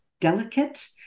delicate